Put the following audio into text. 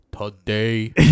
today